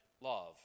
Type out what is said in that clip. love